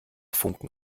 funken